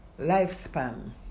lifespan